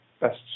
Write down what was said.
best